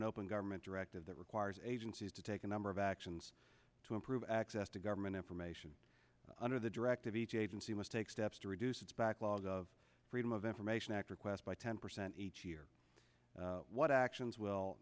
an open government directive that requires agencies to take a number of actions to improve access to government information under the directive each agency must take steps to reduce its backlog of freedom of information act requests by ten percent each year what actions will